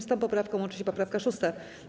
Z tą poprawką łączy się poprawka 6.